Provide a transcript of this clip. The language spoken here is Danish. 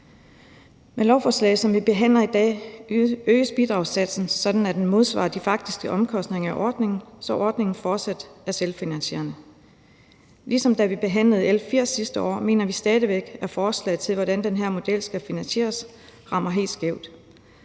Med lovforslaget, som vi behandler i dag, øges bidragssatsen, sådan at den modsvarer de faktiske omkostninger ved ordningen, så ordningen fortsat er selvfinansierende. Ligesom da vi behandlede L 80 sidste år, mener vi stadig væk, at forslaget til, hvordan den her model skal finansieres, rammer helt skævt.